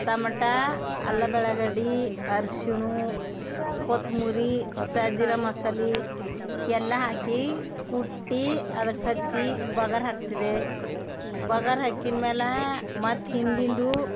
ತಮಟಾ ಅಲ್ಲ ಬೆಳಗಡ್ಡೀ ಅರ್ಶಿಣ ಕೊತ್ಮುರಿ ಸ್ಯಾಜಿರ ಮಸಾಲೆ ಎಲ್ಲ ಹಾಕಿ ಕುಟ್ಟಿ ಅದಕ್ಕೆ ಹಚ್ಚಿ ಬಘಾರ್ ಹಾಕ್ತಿದ್ದೆ ಬಘಾರ್ ಹಾಕಿನ ಮೇಲೆ ಮತ್ತೆ ಹಿಂದಿಂದು